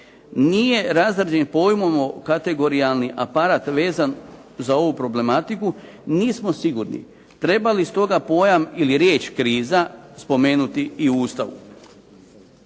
nije razrađen pojmom kategorijalni aparat vezan za ovu problematiku, nismo sigurni treba li stoga pojam ili riječ kriza, spomenuti i u Ustavu.